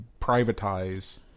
privatize